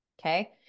Okay